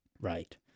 right